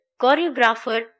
choreographer